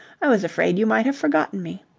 i was afraid you might have forgotten me.